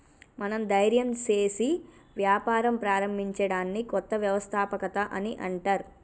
మనం ధైర్యం సేసి వ్యాపారం ప్రారంభించడాన్ని కొత్త వ్యవస్థాపకత అని అంటర్